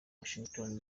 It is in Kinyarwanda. washington